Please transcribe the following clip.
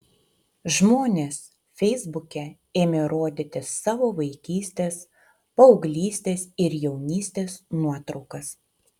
žmonės feisbuke ėmė rodyti savo vaikystės paauglystės ir jaunystės nuotraukas